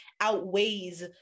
outweighs